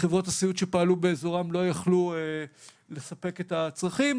שחברות הסיעוד שפעלו באזורם לא יכלו לספק את הצרכים,